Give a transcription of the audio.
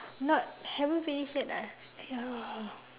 not haven't finish yet lah